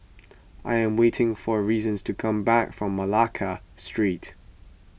I am waiting for Reason to come back from Malacca Street